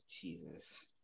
Jesus